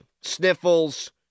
sniffles